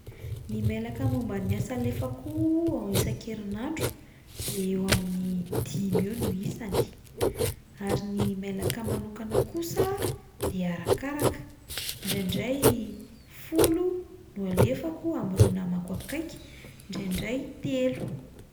Ny mailaka momba ny asa alefako isan-kerinandro de eo amin'ny dimy eo ny isany ary ny mailaka manokana kosa de arakaraka, indraindray folo no alefako amin'ireo namako akaiky, indraindray telo.